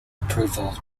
approval